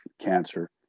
cancer